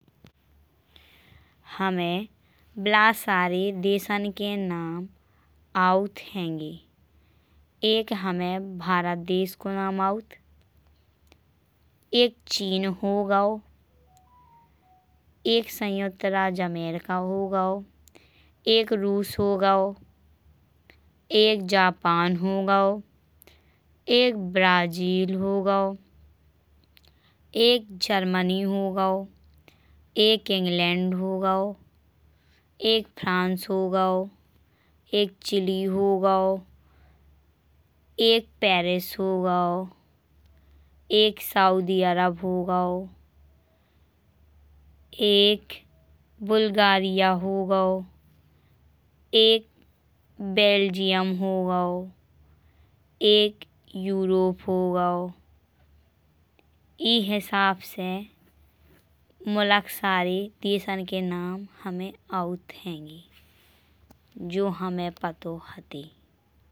हमे बिलातसरे देशन के नाम आउथ हैंगे। एक हमे भारत देश को नाम आउथ एक चीन हो गओ। एक संयुक्त राज्य अमेरिका हो गओ एक रूस हो गओ। एक जापान हो गओ एक ब्राजील हो गओ एक जर्मनी हो गओ। एक इंग्लैंड हो गओ एक फ्रांस हो गओ एक चिली हो गओ। एक पेरिस हो गओ एक सऊदी अरब हो गओ। एक बुल्गारिया हो गओ एक बेल्जियम हो गओ एक यूरोप हो गओ। ई हिसाब से मुलकसारे देशन के नाम हमे आउथ हैंगे जो हमे पटो हते।